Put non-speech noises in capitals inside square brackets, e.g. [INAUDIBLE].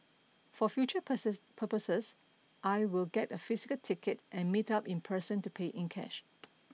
for future [UNINTELLIGIBLE] purchases I will get a physical ticket and meet up in person to pay in cash